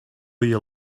you